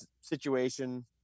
situation